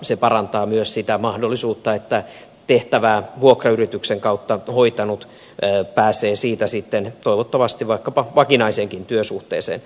se parantaa myös sitä mahdollisuutta että tehtävää vuokrayrityksen kautta hoitanut pääsee toivottavasti vaikkapa vakinaiseenkin työsuhteeseen